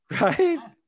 Right